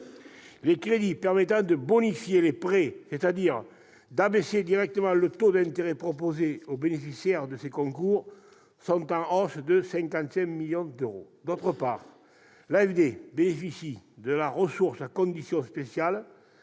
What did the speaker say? les crédits permettant de « bonifier » les prêts, c'est-à-dire d'abaisser directement le taux d'intérêt proposé aux bénéficiaires de ses concours, connaissent une augmentation de 55 millions d'euros. En outre, l'AFD bénéficie de la « ressource à condition spéciale